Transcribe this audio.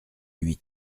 huit